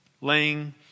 laying